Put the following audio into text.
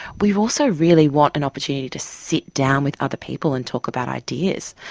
we also really want an opportunity to sit down with other people and talk about ideas.